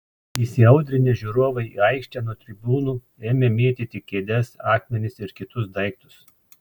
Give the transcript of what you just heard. įsiaudrinę žiūrovai į aikštę nuo tribūnų ėmė mėtyti kėdes akmenis ir kitus daiktus